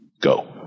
go